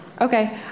Okay